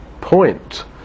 point